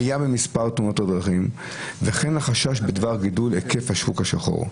עלייה במספר תאונות הדרכים וכן החשש בדבר גידול היקף השוק השחור.